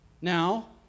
Now